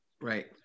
Right